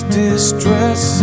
distress